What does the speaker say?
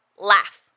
laugh